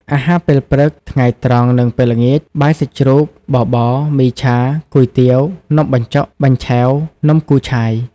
អាហារពេលព្រឹក ថ្ងៃត្រង់នឹងពេលល្ងាច បាយសាច់ជ្រូក បបរ មីឆា គុយទាវ នំបញ្ចុក បាញ់ឆែវ នំគូឆាយ ។